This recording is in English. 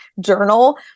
journal